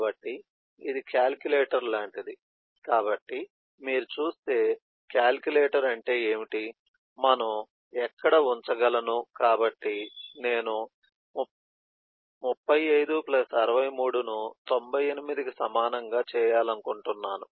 కాబట్టి ఇది కాలిక్యులేటర్ లాంటిది కాబట్టి మీరు చూస్తే కాలిక్యులేటర్ అంటే ఏమిటి మనం ఎక్కడ ఉంచగలను కాబట్టి నేను 35 ప్లస్ 63 ను 98 కి సమానంగా చేయాలనుకుంటున్నాను